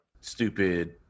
stupid